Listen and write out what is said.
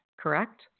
correct